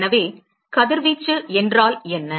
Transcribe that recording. எனவே கதிர்வீச்சு என்றால் என்ன